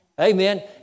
Amen